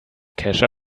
kescher